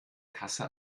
kasse